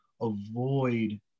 avoid